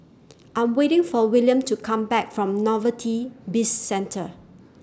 I'm waiting For Willian to Come Back from Novelty Bizcentre